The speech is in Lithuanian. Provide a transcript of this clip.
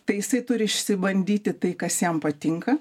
tai jisai turi išsibandyti tai kas jam patinka